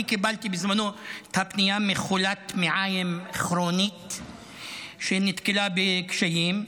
אני קיבלתי בזמנו את הפנייה מחולת מעיים כרונית שנתקלה בקשיים.